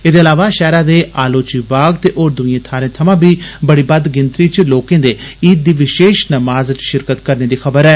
एदे अलावा षैहरै दे आलोची बाग ते होर दुइए थाहरें थमां बी बड़ी बद्द गिनतरी च लोकें दे ईद दी विषेश नमाज च षिरकत करने दी खबर ऐ